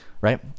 right